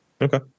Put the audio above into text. Okay